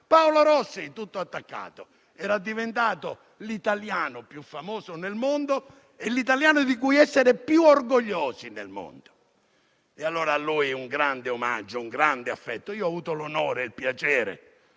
«PaoloRossi», tutto attaccato. Era diventato l'italiano più famoso nel mondo e l'italiano di cui essere più orgogliosi nel mondo. Rendo allora a lui un grande omaggio e un grande affetto. Ho avuto l'onore e il piacere